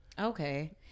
Okay